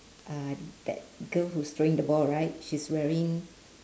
uh that girl who's throwing the ball right she's wearing